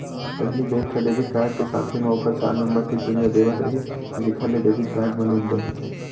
पहिली बेंक ह debit card के साथे म ओखर चार नंबर के पिन ल देवत रिहिस जेखर ले डेबिट कारड ले लेनदेन होथे